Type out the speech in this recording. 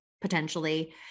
potentially